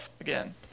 again